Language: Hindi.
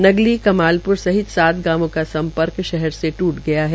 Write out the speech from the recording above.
नगली कमापुर सहित सात गांवों का सम्पर्क शहर से टूट गया है